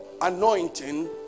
anointing